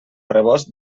rebost